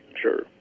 sure